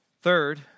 Third